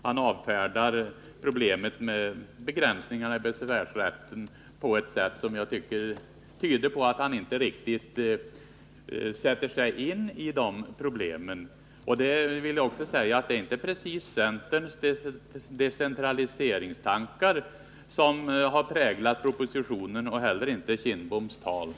Han avfärdar problemet med begränsningar i besvärsrätten på ett sätt som tyder på att han inte riktigt har satt sig in i problemet. Jag vill också påpeka att det inte precis är centerns decentraliseringstankar som har präglat propositionen eller präglade Bengt Kindboms anförande.